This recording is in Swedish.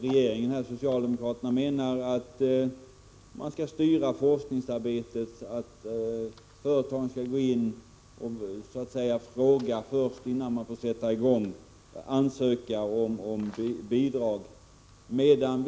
Regeringen menar att man skall styra forskningsarbetet så, att företagen skall gå in och fråga innan de får sätta i gång, att de skall behöva ansöka om bidrag.